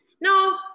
No